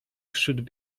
should